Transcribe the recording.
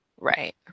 Right